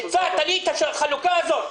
הצעת לי את החלוקה הזאת.